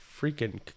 freaking